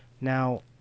Now